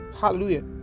hallelujah